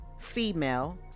female